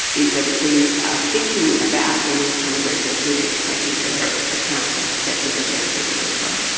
is that if we are thinking about doing this kind of research we need to take into account the perspective of young people as well.